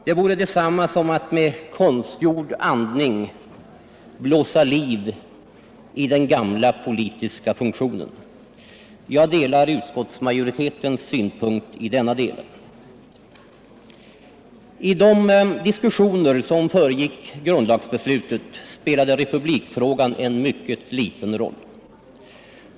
Det vore detsamma som att med konstgjord andning blåsa liv i den gamla politiska funktionen. Jag delar utskottsmajoritetens uppfattning härvidlag. I de diskussioner som föregick grundlagsbeslutet spelade republikfrågan en mycket liten roll.